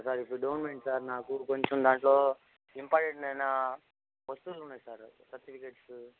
sir if you don't mind sir నాకు కొంచెం దాంట్లో ఇంపార్టంట్ అయిన వస్తువులు ఉన్నాయి సార్ సర్టిఫికేట్స్